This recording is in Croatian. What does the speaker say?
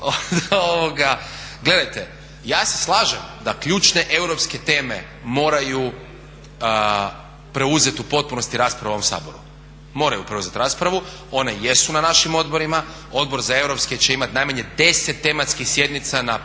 Gledajte ja se slažem da ključne europske teme moraju preuzeti u potpunosti raspravu u ovom Saboru, moraju preuzeti raspravu. One jesu na našim odborima. Odbor za europske će imati najmanje 10 tematskih sjednica na pojedine